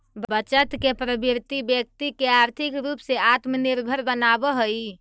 बचत के प्रवृत्ति व्यक्ति के आर्थिक रूप से आत्मनिर्भर बनावऽ हई